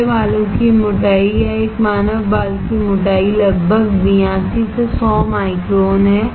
मेरे बालों की मोटाई या एक मानव बाल की मोटाई लगभग 82 से 100 माइक्रोन है